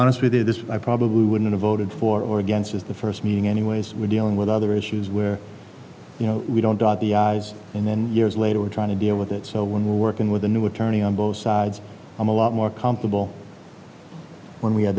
honest with you this i probably wouldn't have voted for or against is the first meeting anyways we're dealing with other issues where you know we don't dot the i's and then years later we're trying to deal with it so when we're working with a new attorney on both sides i'm a lot more comfortable when we ha